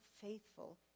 faithful